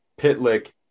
Pitlick